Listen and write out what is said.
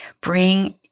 Bring